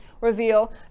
reveal